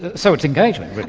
so it's engagement really.